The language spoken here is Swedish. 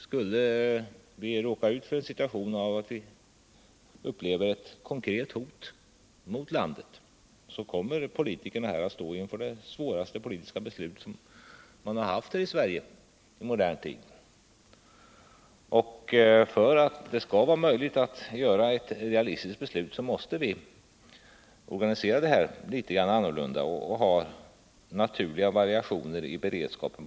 Skulle vi råka ut för ett konkret hot mot landet kommer politikerna att stå inför det svåraste politiska beslut man haft i Sverige i modern tid. För att det skall vara möjligt att fatta ett realistiskt beslut måste vi organisera litet annorlunda med naturliga variationer i beredskapen.